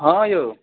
हँ यौ